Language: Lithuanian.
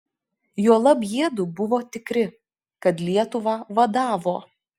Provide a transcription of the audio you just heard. juolab jiedu buvo tikri kad lietuvą vadavo